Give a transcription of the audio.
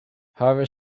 however